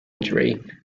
injury